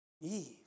Eve